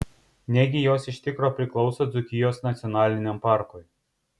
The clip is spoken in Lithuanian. negi jos iš tikro priklauso dzūkijos nacionaliniam parkui